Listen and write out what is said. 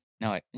No